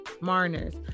Mariners